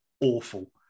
awful